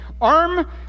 arm